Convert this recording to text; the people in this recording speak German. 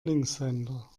linkshänder